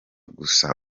gusa